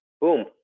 Boom